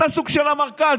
אתה סוג של אמרכל,